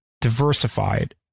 diversified